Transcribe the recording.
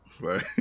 Right